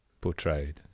portrayed